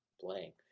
playing